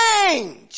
change